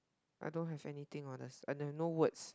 I don't have anything on this and then no words